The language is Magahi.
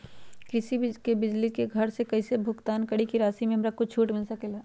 कृषि बिजली के बिल घर से कईसे भुगतान करी की राशि मे हमरा कुछ छूट मिल सकेले?